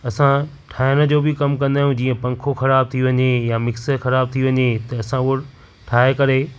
असां ठाहिण जो बि कमु कंदा आहियूं जीअं पंखो ख़राब थी वञे या मिक्सर ख़राब थी वञे त असां उहो ठाहे करे